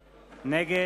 לסדר.